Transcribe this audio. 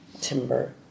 timber